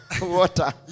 water